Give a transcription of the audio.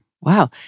Wow